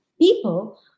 people